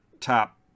top